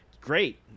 Great